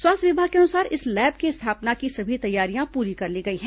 स्वास्थ्य विभाग के अनुसार इस लैब के स्थापना की सभी तैयारियां पूरी कर ली गई हैं